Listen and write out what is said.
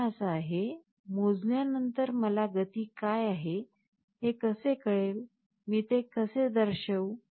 मुद्दा असा आहे मोजल्यानंतर मला गती काय आहे हे कसे कळेल ते मी कसे दर्शवू